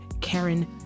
Karen